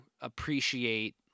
appreciate